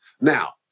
Now